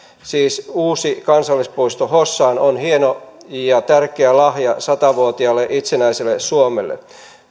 siis uusi kansallispuisto hossa on hieno ja tärkeä lahja sata vuotiaalle itsenäiselle suomelle